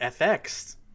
FX